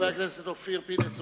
חבר הכנסת אופיר פינס,